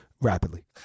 Rapidly